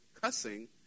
cussing